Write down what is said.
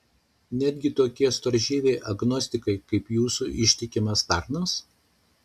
netgi tokie storžieviai agnostikai kaip jūsų ištikimas tarnas